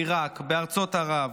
בעיראק ובארצות ערב,